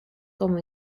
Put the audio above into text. como